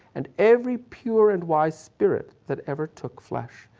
and every pure and wise spirit that ever took flesh.